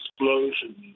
explosion